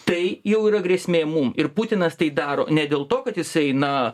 tai jau yra grėsmė mum ir putinas tai daro ne dėl to kad jisai na